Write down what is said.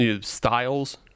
styles